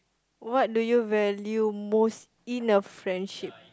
what do you value most in a friendship